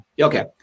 okay